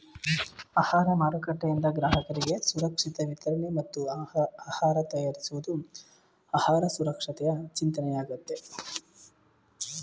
ಆಹಾರ ಮಾರುಕಟ್ಟೆಯಿಂದ ಗ್ರಾಹಕರಿಗೆ ಸುರಕ್ಷಿತ ವಿತರಣೆ ಮತ್ತು ಆಹಾರ ತಯಾರಿಸುವುದು ಆಹಾರ ಸುರಕ್ಷತೆಯ ಚಿಂತನೆಯಾಗಯ್ತೆ